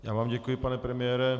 Já vám děkuji, pane premiére.